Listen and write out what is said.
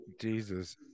Jesus